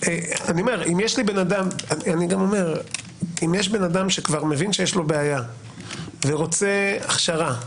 אני גם אומר - אם יש אדם שכבר מבין שיש לו בעיה ורוצה הכשרה,